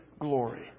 glory